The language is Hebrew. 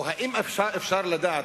או האם אפשר לדעת,